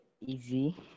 easy